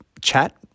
chat